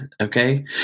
Okay